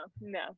no